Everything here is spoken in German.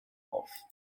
auf